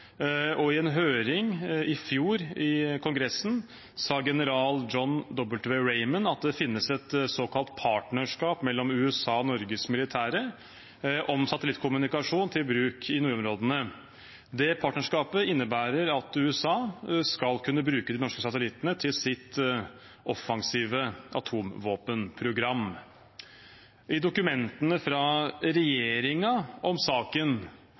satellittene. I en høring i Kongressen i fjor sa general John W. Raymond at det finnes et såkalt partnerskap mellom USA og Norges militære om satellittkommunikasjon til bruk i nordområdene. Partnerskapet innebærer at USA skal kunne bruke de norske satellittene til sitt offensive atomvåpenprogram. I dokumentene fra regjeringen om saken